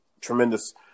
tremendous